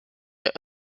der